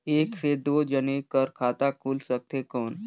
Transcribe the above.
एक से दो जने कर खाता खुल सकथे कौन?